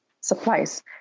supplies